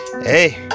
hey